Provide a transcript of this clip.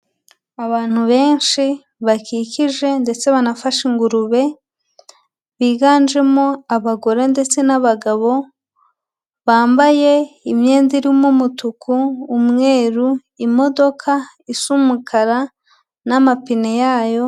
Abantu benshi bakikije ndetse banafashe ingurube, biganjemo abagore ndetse n'abagabo bambaye imyenda irimo umutuku, umweru. Imodoka isa umukara n'amapine yayo.